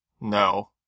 No